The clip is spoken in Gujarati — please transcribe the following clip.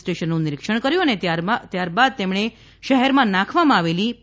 સ્ટેશનનું નિરીક્ષણ કર્યું અને ત્યારબાદ તેમણે શહેરમાં નાખવામાં આવેલી પી